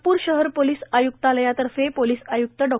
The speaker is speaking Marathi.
नागपूर ाहर पोलीस आयुक्तालयातर्फे पोलीस आयुक्त डॉ